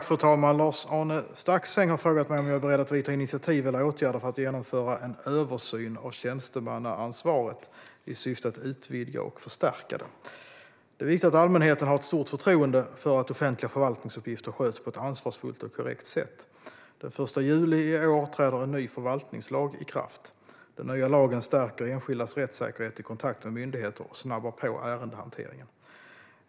Fru talman! Lars-Arne Staxäng har frågat mig om jag är beredd att vidta initiativ eller åtgärder för att genomföra en översyn av tjänstemannaansvaret i syfte att utvidga och förstärka det. Det är viktigt att allmänheten har ett stort förtroende för att offentliga förvaltningsuppgifter sköts på ett ansvarsfullt och korrekt sätt. Den 1 juli i år träder en ny förvaltningslag i kraft. Den nya lagen stärker enskildas rättssäkerhet i kontakt med myndigheter och snabbar på ärendehanteringen.